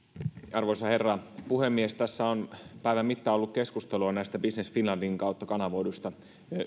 arvoisa herra puhemies tässä on päivän mittaan ollut keskustelua näistä business finlandin kautta kanavoiduista